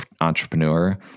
entrepreneur